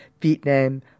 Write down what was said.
Vietnam